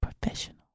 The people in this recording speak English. Professional